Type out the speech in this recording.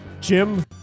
Jim